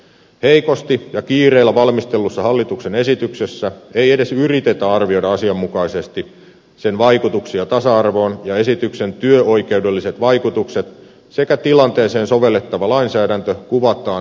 heikosti ja kiireellä valmistellussa hallituksen esityksessä ei edes yritetä arvioida asianmukaisesti sen vaikutuksia tasa arvoon ja esityksen työoikeudelliset vaikutukset sekä tilanteeseen sovellettava lainsäädäntö kuvataan puutteellisella tavalla